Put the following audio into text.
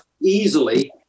easily